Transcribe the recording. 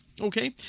Okay